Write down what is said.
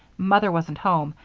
mother wasn't home,